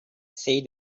said